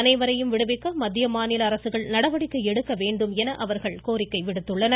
அனைவரையும் விடுவிக்க மத்திய மாநில அரசுகள் நடவடிக்கை எடுக்க வேண்டும் என அவர்கள் கோரிக்கை விடுத்துள்ளனர்